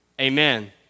Amen